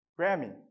Grammy